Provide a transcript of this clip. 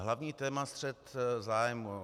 Hlavní téma střet zájmů.